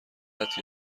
موقت